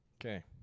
Okay